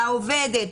לעובדת,